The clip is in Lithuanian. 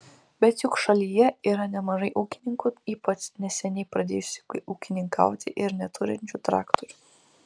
bet juk šalyje yra nemažai ūkininkų ypač neseniai pradėjusių ūkininkauti ir neturinčių traktorių